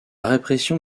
répression